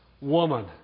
woman